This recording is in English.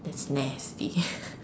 that's nasty